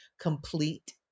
complete